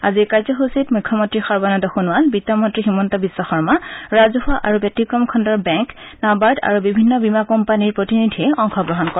আজিৰ কাৰ্যসূচীত মুখ্যমন্তী সৰ্বানন্দ সোণোৱাল বিগ্তমন্তী হিমন্ত বিশ্ব শৰ্মা ৰাজহুৱা আৰু ব্যতিক্ৰম খণ্ডৰ বেংক নাবাৰ্ড আৰু বিভিন্ন বীমা কোম্পানীৰ প্ৰতিনিধিয়ে অংশগ্ৰহণ কৰে